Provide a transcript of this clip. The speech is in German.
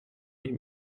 ihm